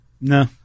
no